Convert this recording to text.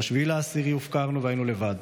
ב-7 באוקטובר הופקרנו והיינו לבד.